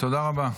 תודה רבה.